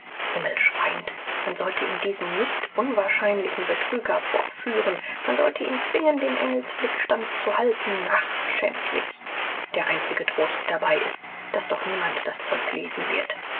himmelschreiend man sollte ihm diesen nicht unwahrscheinlichen betrüger vorführen man sollte ihn zwingen dem engelsblick standzuhalten ach schändlich der einzige trost dabei ist daß doch niemand das zeug lesen wird